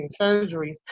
surgeries